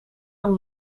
een